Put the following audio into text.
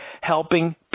helping